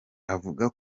avuga